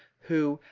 who,